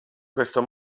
questo